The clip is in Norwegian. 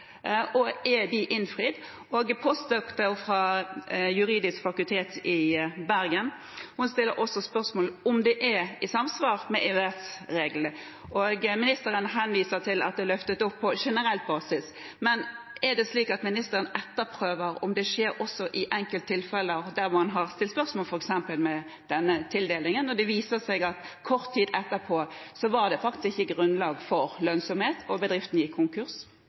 Er de innfridd? En postdoktor fra Det juridiske fakultet i Bergen stiller også spørsmål om dette er i samsvar med EØS-reglene. Ministeren henviser til at det er løftet opp på generell basis. Er det slik at ministeren etterprøver om det skjer også i enkelttilfeller, der man har stilt spørsmål f.eks. om denne tildelingen? Det viser seg at det kort tid etter faktisk ikke var grunnlag for lønnsomhet, og bedriften gikk konkurs